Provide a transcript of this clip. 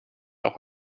auch